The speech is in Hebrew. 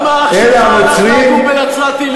אז למה הנוצרים בורחים לנצרת?